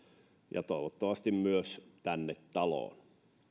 ja toivottavasti myös tänne taloon